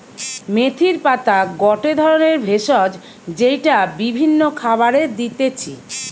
মেথির পাতা গটে ধরণের ভেষজ যেইটা বিভিন্ন খাবারে দিতেছি